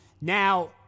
Now